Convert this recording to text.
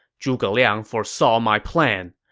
zhuge liang foresaw my plan,